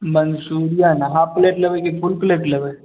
manchurian half plate लेबै कि full plate लेबै